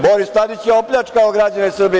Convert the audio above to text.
Boris Tadić je opljačkao građane Srbije.